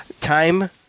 Time